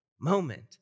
moment